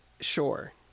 sure